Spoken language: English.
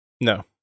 No